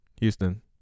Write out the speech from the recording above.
Houston